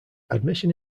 admission